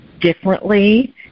differently